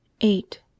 eight